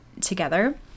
together